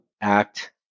act